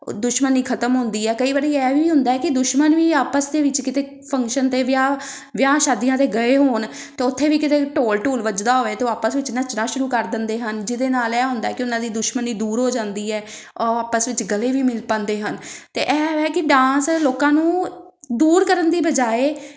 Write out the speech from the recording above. ਦੁਸ਼ਮਣੀ ਖਤਮ ਹੁੰਦੀ ਹੈ ਕਈ ਵਾਰੀ ਇਹ ਵੀ ਹੁੰਦਾ ਕਿ ਦੁਸ਼ਮਣ ਵੀ ਆਪਸ ਦੇ ਵਿੱਚ ਕਿਤੇ ਫੰਕਸ਼ਨ 'ਤੇ ਵਿਆਹ ਵਿਆਹ ਸ਼ਾਦੀਆਂ 'ਤੇ ਗਏ ਹੋਣ ਅਤੇ ਉੱਥੇ ਵੀ ਕਿਤੇ ਢੋਲ ਢੂਲ ਵੱਜਦਾ ਹੋਵੇ ਤਾਂ ਉਹ ਆਪਸ ਵਿੱਚ ਨੱਚਣਾ ਸ਼ੁਰੂ ਕਰ ਦਿੰਦੇ ਹਨ ਜਿਹਦੇ ਨਾਲ ਇਹ ਹੁੰਦਾ ਕਿ ਉਹਨਾਂ ਦੀ ਦੁਸ਼ਮਣੀ ਦੂਰ ਹੋ ਜਾਂਦੀ ਹੈ ਉਹ ਆਪਸ ਵਿੱਚ ਗਲੇ ਵੀ ਮਿਲ ਪਾਉਂਦੇ ਹਨ ਅਤੇ ਇਹ ਹੈ ਕਿ ਡਾਂਸ ਲੋਕਾਂ ਨੂੰ ਦੂਰ ਕਰਨ ਦੀ ਬਜਾਏ